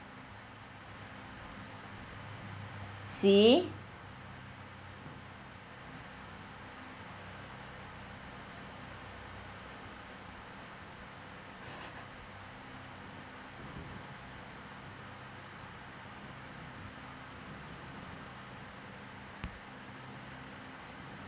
see